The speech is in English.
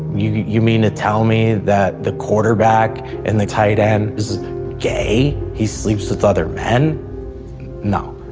you mean to tell me that the quarterback and the tight end is gay? he sleeps with other men now,